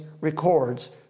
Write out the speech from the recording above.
records